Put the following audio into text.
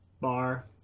bar